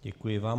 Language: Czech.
Děkuji vám.